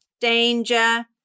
danger